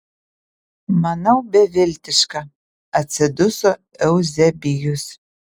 manau beviltiška atsiduso euzebijus